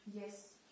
Yes